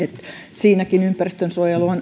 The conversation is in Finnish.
siinäkin ympäristönsuojelu on